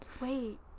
Wait